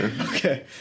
okay